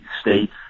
state's